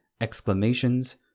exclamations